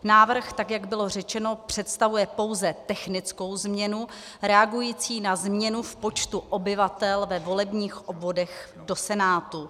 Návrh, tak jak bylo řečeno, představuje pouze technickou změnu reagující na změnu v počtu obyvatel ve volebních obvodech do Senátu.